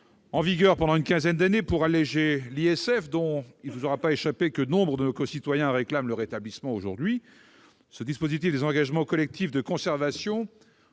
en vigueur pendant une quinzaine d'années pour alléger l'ISF, dont il ne vous aura pas échappé que nombre de nos concitoyens réclament aujourd'hui le rétablissement. Ce dispositif des engagements collectifs de conservation